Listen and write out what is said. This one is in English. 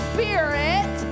Spirit